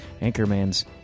Anchorman's